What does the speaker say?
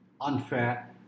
unfair